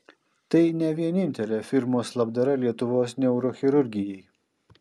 tai ne vienintelė firmos labdara lietuvos neurochirurgijai